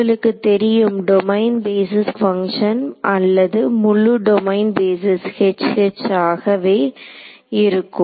உங்களுக்கு தெரியும் domain basis function அல்லது முழு டொமைன் பேஸிஸ் H H ஆகவே இருக்கும்